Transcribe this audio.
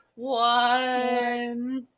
One